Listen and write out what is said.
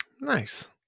Nice